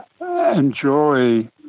enjoy